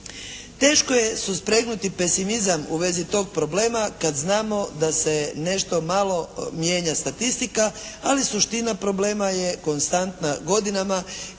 Teško je suspregnuti pesimizam u vezi tog problema kad znamo da se nešto malo mijenja statistika. Ali suština problema je konstantna godinama